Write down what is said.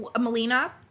Melina